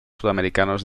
sudamericanos